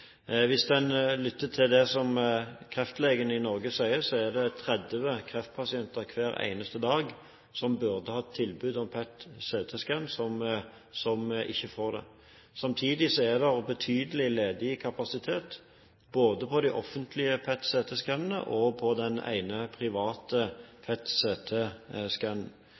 Hvis en lytter til det som kreftlegene i Norge sier, er det 30 kreftpasienter hver eneste dag som burde hatt tilbud om PET-CT-skann, som ikke får det. Samtidig er det betydelig ledig kapasitet både på de offentlige PET-CT-skannerne og på den ene private